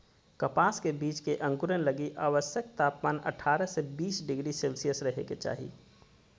कपास के बीज के अंकुरण लगी आवश्यक तापमान अठारह से बीस डिग्री सेल्शियस रहे के चाही